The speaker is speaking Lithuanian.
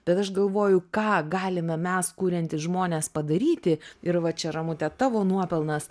bet aš galvoju ką galime mes kuriantys žmonės padaryti ir va čia ramute tavo nuopelnas